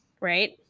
right